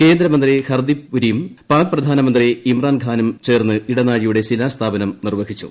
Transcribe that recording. കേന്ദ്രമന്ത്രി ഹർദീപ് പുരിയും പാക് പ്രധാനമന്ത്രി ഇമ്രാൻഖാനും ചേർന്ന് ഇടനാഴിയുടെ ശിലാസ്ഥാപനം നിർവഹിച്ചു